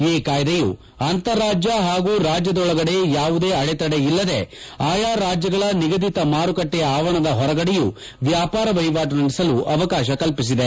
ಈ ಕಾಯ್ದೆಯು ಅಂತಾರಾಜ್ಯ ಹಾಗೂ ರಾಜ್ಯದೊಳಗಡೆ ಯಾವುದೇ ಅಡೆತಡೆ ಇಲ್ಲದೆ ಆಯಾ ರಾಜ್ಯಗಳ ನಿಗದಿತ ಮಾರುಕಟ್ಟೆಯ ಆವರಣದ ಹೊರಗಡೆಯೂ ವ್ಯಾಪಾರ ವಹಿವಾಟು ನಡೆಸಲು ಅವಕಾಶ ಕಲ್ವಿಸಿದೆ